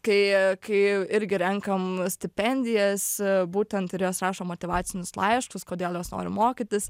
kai kai irgi renkam stipendijas būtent ir jos rašo motyvacinius laiškus kodėl jos nori mokytis